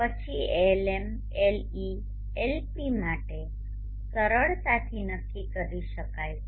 પછી Lm Le Lp માટે સરળતાથી નક્કી કરી શકાય છે